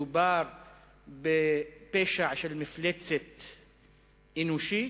מדובר בפשע של מפלצת אנושית,